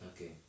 Okay